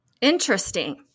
Interesting